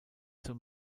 zur